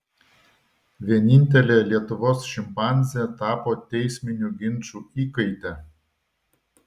vienintelė lietuvos šimpanzė tapo teisminių ginčų įkaite